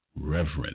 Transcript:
reverence